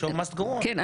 .The show must go on כן,